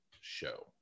show